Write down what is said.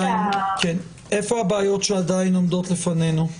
איפה הבעיות שעדין עומדות לפנינו?